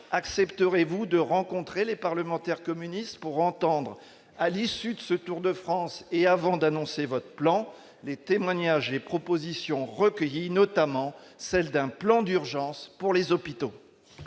accepterez-vous de rencontrer les parlementaires communistes pour réentendre, à l'issue de ce Tour de France, et avant d'annoncer votre plan les témoignages et propositions recueillies, notamment celle d'un plan d'urgence pour les hôpitaux.